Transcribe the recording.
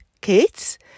kids